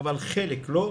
אבל חלק לא,